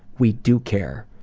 we do care.